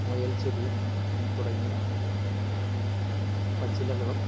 മുയൽചെവിയൻ തുടങ്ങിയ പച്ചിലകളും